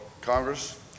Congress